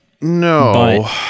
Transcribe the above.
No